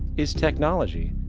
is technology,